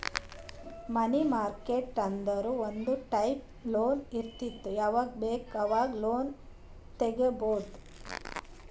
ಮನಿ market ಅಂದುರ್ ಒಂದ್ type loan ಇರ್ತುದ್ ಯಾವಾಗ್ ಬೇಕ್ ಆವಾಗ್ ಲೋನ್ ತಗೊಬೋದ್